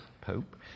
Pope